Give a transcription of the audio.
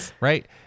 right